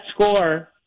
score